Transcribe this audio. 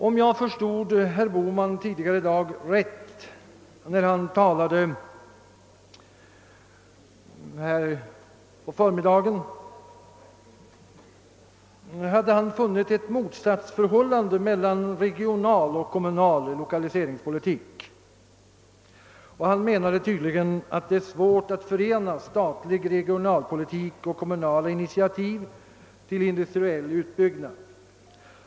Om jag rätt förstod herr Bohman när han talade på förmiddagen, hade han funnit ett motsatsförhållande mellan regional och kommunal lokaliseringspolitik. Han menade tydligen att det är svårt att förena statlig regionalpolitik och kommunala initiativ till industriell utbyggnad.